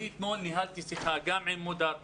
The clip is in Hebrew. אני אתמול ניהלתי שיחה גם עם מודר יונס,